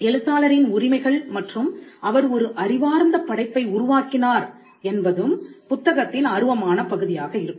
எழுத்தாளரின் உரிமைகள் மற்றும் அவர் ஒரு அறிவார்ந்த படைப்பை உருவாக்கினார் என்பது புத்தகத்தின் அருவமான பகுதியாக இருக்கும்